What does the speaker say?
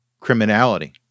Criminality